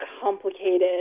complicated